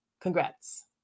Congrats